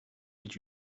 would